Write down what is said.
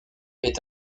est